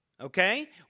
Okay